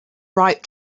right